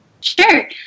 Sure